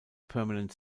permanent